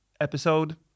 episode